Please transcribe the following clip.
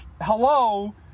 hello